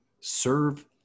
serve